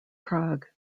prague